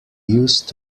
used